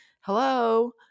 Hello